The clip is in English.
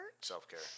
Self-care